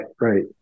right